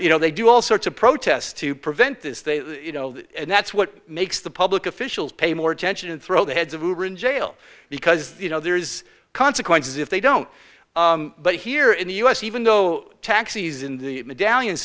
you know they do all sorts of protests to prevent this they you know and that's what makes the public officials pay more attention and throw the heads of who are in jail because you know there is consequences if they don't but here in the u s even though taxis in the medallion